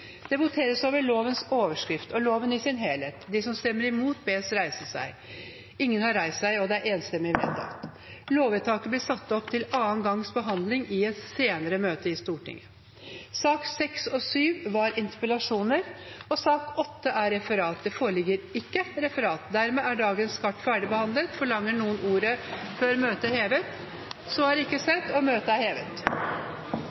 Det voteres over lovens overskrift og loven i sin helhet. Lovvedtaket vil bli satt opp til andre gangs behandling i et senere møte i Stortinget. I sakene nr. 6 og 7 foreligger det ikke noe voteringstema. Det foreligger ikke noe referat. Dermed er dagens kart ferdigbehandlet. Forlanger noen ordet før møtet heves? – Møtet er hevet.